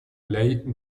ley